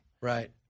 Right